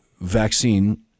vaccine